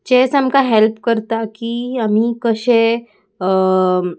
चॅच आमकां हेल्प करता की आमी कशें